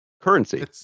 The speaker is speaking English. currency